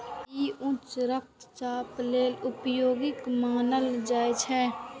ई उच्च रक्तचाप लेल उपयोगी मानल जाइ छै